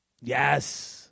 Yes